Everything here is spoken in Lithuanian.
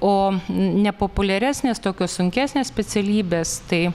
o nepopuliaresnės tokios sunkesnės specialybės tai